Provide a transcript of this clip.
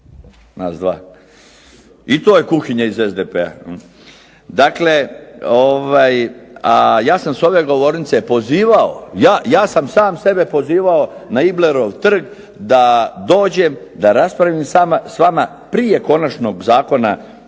nas dva i to je kuhinja iz SDP-a. Dakle, ja sam s ove govornice pozivao, ja sam sam sebe pozivao na Iblerov trg da dođem, da raspravim s vama prije konačnog zakona,